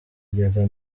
igeza